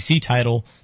title